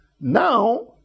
Now